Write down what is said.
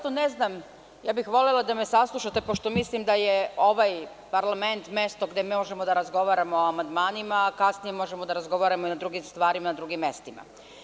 Volela bih da me saslušate, pošto mislim da je ovaj parlament mesto gde možemo da razgovaramo o amandmanima, a kasnije možemo da razgovaramo i o drugim stvarima na drugim mestima.